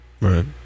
right